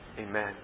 Amen